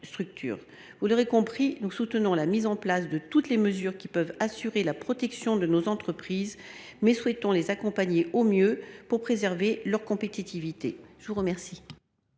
Vous l’aurez compris, nous soutenons la mise en place de toutes les mesures qui peuvent assurer la protection de nos entreprises, mais souhaitons les accompagner au mieux pour préserver leur compétitivité. La parole